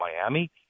Miami